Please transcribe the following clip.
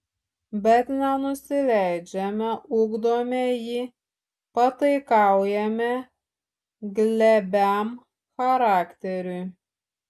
bet nenusileidžiame ugdome jį pataikaujame glebiam charakteriui